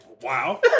Wow